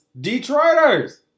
Detroiters